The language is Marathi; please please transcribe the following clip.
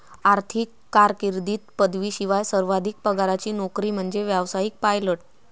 आर्थिक कारकीर्दीत पदवीशिवाय सर्वाधिक पगाराची नोकरी म्हणजे व्यावसायिक पायलट